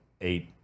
eight